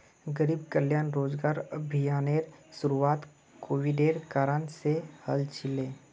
गरीब कल्याण रोजगार अभियानेर शुरुआत कोविडेर कारण से हल छिले